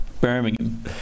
Birmingham